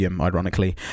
Ironically